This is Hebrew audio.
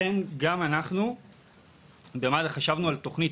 לכן חשבנו על תוכנית,